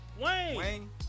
Wayne